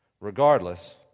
regardless